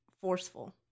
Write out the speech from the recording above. forceful